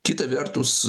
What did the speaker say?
kita vertus